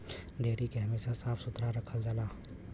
dairy के हमेशा साफ सुथरा रखल जाला